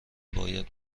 باید